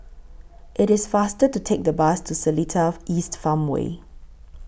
IT IS faster to Take The Bus to Seletar East Farmway